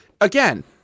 again